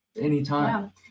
anytime